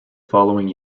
following